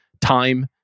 Time